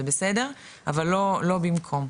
זה בסדר אבל לא במקום.